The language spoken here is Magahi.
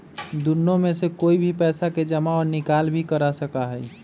दुन्नो में से कोई भी पैसा के जमा और निकाल भी कर सका हई